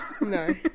No